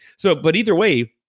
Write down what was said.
so, but either way,